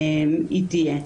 אם היא תהיה.